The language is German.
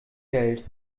geld